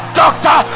doctor